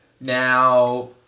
Now